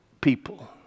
people